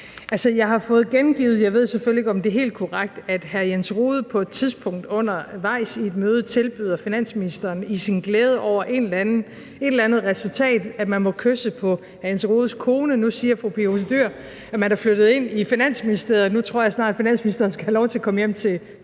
det er helt korrekt – at hr. Jens Rohde på et tidspunkt undervejs i et møde i sin glæde over et eller andet resultat tilbød finansministeren, at man måtte kysse på hr. Jens Rohdes kone, og nu siger fru Pia Olsen Dyhr, at man er flyttet ind i Finansministeriet, så nu tror jeg snart, at finansministeren skal have lov til at komme hjem til finansministerens